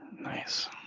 Nice